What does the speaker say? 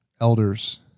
elders